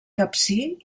capcir